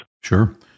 Sure